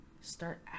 start